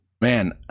Man